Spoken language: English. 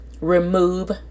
Remove